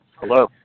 Hello